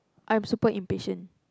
I'm super impatient